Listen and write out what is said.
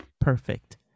perfect